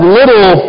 little